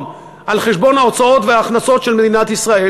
על חשבון ההוצאות וההכנסות של מדינת ישראל,